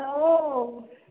ઓહ